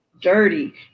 dirty